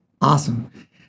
Awesome